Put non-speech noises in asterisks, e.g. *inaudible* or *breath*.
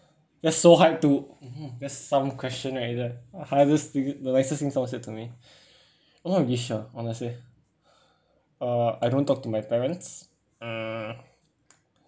that's so hard to that's some question right there hardest thing the nicest thing someone said to me *breath* I'm not really sure honestly uh I don't talk to my parents mm